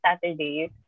Saturdays